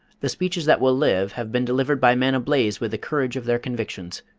the speeches that will live have been delivered by men ablaze with the courage of their convictions,